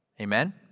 Amen